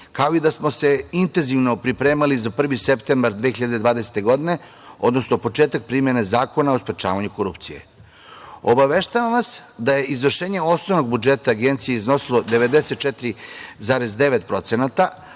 kao i da smo se intenzivno pripremali za 1. septembar 2020. godine, odnosno početak primene Zakona o sprečavanju korupcije. Obaveštavam vas da je izvršenje osnovnog budžeta Agencije iznosilo 94,9%,